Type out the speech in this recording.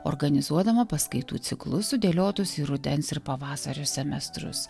organizuodama paskaitų ciklus sudėliotus į rudens ir pavasario semestrus